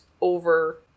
over